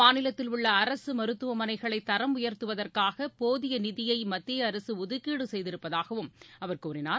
மாநிலத்தில் உள்ள அரசுமருத்துவமனைகளைதரம் உயர்த்துவதற்காகபோதியநிதியைமத்தியஅரசுஒதுக்கீடுசெய்திருப்பதாகவும் அவர் கூறினார்